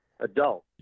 Adult